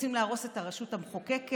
רוצים להרוס את הרשות המחוקקת.